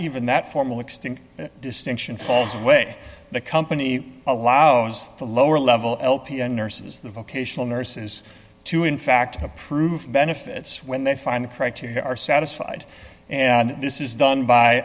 even that formal extinct distinction falls away the company allows the lower level lpn nurses the vocational nurses to in fact approve benefits when they find the criteria are satisfied and this is done by